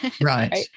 right